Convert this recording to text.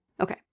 okay